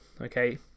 okay